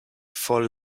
for